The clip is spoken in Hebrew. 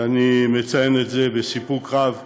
ואני מציין את זה בסיפוק רב,